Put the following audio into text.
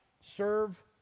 serve